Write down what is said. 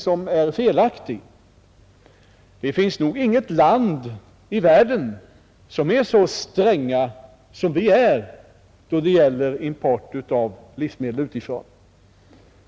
Det är en felaktig föreställning. Det finns nog inget land i världen som är så strängt som vårt land är när det gäller import av livsmedel utifrån.